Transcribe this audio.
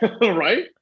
right